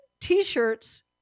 T-shirts